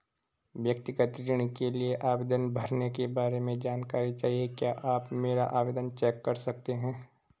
व्यक्तिगत ऋण के लिए आवेदन भरने के बारे में जानकारी चाहिए क्या आप मेरा आवेदन चेक कर सकते हैं?